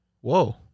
Whoa